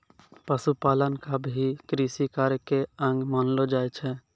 पशुपालन क भी कृषि कार्य के अंग मानलो जाय छै